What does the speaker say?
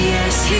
Yes